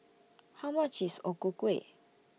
How much IS O Ku Kueh